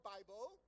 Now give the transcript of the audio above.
Bible